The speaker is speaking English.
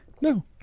No